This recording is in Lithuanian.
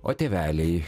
o tėveliai